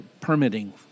permitting